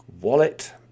Wallet